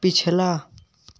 पिछला